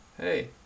hey